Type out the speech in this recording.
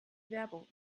werbung